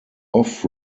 off